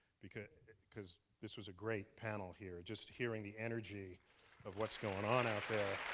because because this was a great panel here. just hearing the energy of what's going on out there